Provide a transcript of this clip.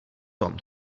tom